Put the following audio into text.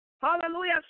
Hallelujah